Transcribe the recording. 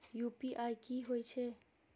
UPI की हेछे?